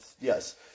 yes